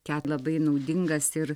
ke labai naudingas ir